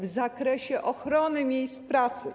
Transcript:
w zakresie ochrony miejsc pracy.